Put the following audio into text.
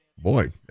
boy